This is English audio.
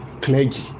clergy